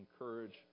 encourage